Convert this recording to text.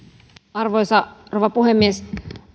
arvoisa rouva puhemies